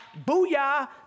booyah